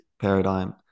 paradigm